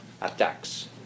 attacks